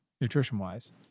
nutrition-wise